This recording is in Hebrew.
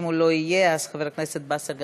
אם הוא לא יהיה, חבר הכנסת באסל גטאס.